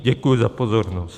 Děkuji za pozornost.